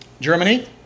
Germany